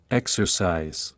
exercise